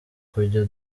kujya